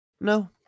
No